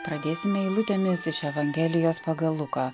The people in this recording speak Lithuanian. pradėsime eilutėmis iš evangelijos pagal luką